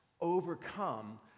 overcome